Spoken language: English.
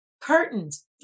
Curtains